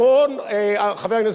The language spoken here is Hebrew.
ראה את ה-60% המלאים.